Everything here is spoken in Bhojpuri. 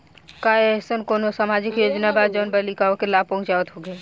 का एइसन कौनो सामाजिक योजना बा जउन बालिकाओं के लाभ पहुँचावत होखे?